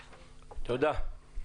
תודה.